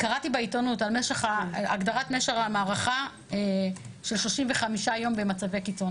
קראתי בעיתונות על הגדרת משך המערכה של 35 יום במצבי קיצון.